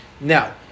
Now